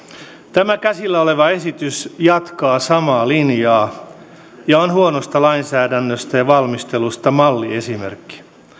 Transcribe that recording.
tämä käsillä oleva esitys jatkaa samaa linjaa ja on huonosta lainsäädännöstä ja valmistelusta malliesimerkki